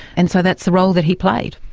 and so that's the role that he played.